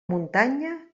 muntanya